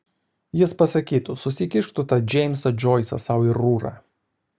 jis pasakytų susikišk tu tą džeimsą džoisą sau į rūrą